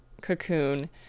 cocoon